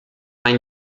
ein